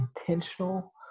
intentional